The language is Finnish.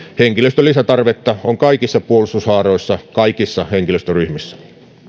henkilöstön lisätarvetta on kaikissa puolustushaaroissa kaikissa henkilöstöryhmissä